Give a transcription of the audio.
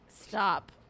Stop